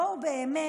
בואו באמת,